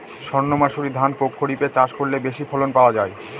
সর্ণমাসুরি ধান প্রক্ষরিপে চাষ করলে বেশি ফলন পাওয়া যায়?